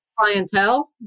clientele